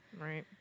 Right